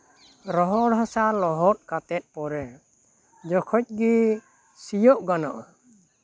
ᱨᱚᱦᱚᱲ ᱦᱟᱥᱟ ᱞᱚᱦᱚᱫ ᱠᱟᱛᱮᱜ ᱯᱚᱨᱮ ᱡᱚᱠᱷᱚᱡ ᱜᱮ ᱥᱤᱭᱳᱜ ᱜᱟᱱᱚᱜᱼᱟ